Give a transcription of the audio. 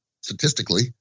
statistically